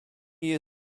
year